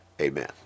amen